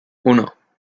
uno